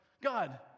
God